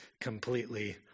completely